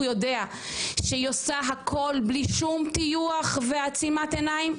יודע שהיא עושה הכל בלי שום טיוח ועצימת עיניים.